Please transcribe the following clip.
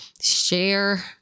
share